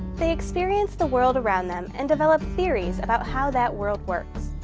they experience the world around them and develop theories about how that world works.